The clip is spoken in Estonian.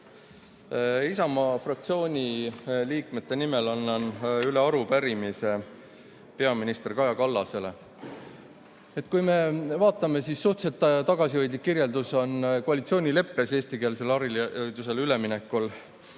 Isamaa fraktsiooni liikmete nimel annan üle arupärimise peaminister Kaja Kallasele. Kui me vaatame, siis suhteliselt tagasihoidlik kirjeldus on koalitsioonileppes eestikeelsele haridusele ülemineku